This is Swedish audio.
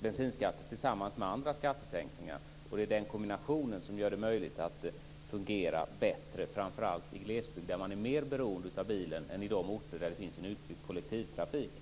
bensinskatter tillsammans med andra skattesänkningar. Det är den kombinationen som gör det möjligt att fungera bättre, framför allt i glesbygden där man är mer beroende av bilen än på de orter där det finns en utbyggd kollektivtrafik.